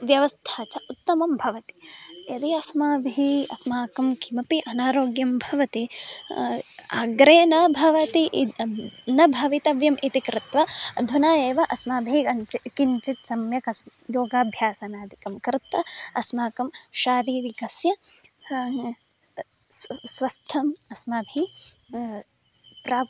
व्यवस्था च उत्तमा भवति यदि अस्माभिः अस्माकं किमपि अनारोग्यं भवति अग्रे न भवति न भवितव्यम् इति कृत्वा अधुना एव अस्माभिः अञ्चि किञ्चित् सम्यक् अस्म् योगाभ्यासनादिकं कृत्वा अस्माकं शारीरिकस्य स्व स्वास्थ्यम् अस्माभिः प्रा